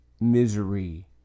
misery